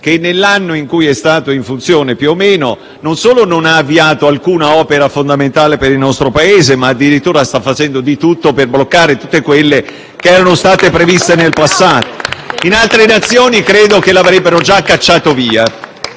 che, nell'anno in cui è stato in carica, più o meno, non solo non ha avviato alcuna opera fondamentale per il nostro Paese, ma addirittura sta facendo di tutto per bloccare tutte quelle che erano state previste nel passato. *(Applausi dal Gruppo PD)*. In altre Nazioni credo che lo avrebbero già cacciato via.